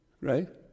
right